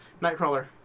Nightcrawler